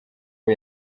abo